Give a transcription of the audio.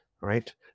right